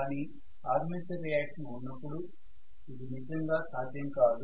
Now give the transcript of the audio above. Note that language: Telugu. కానీ ఆర్మేచర్ రియాక్షన్ ఉన్నపుడు ఇది నిజంగా సాధ్యం కాదు